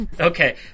Okay